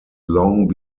long